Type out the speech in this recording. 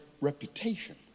reputation